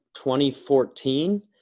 2014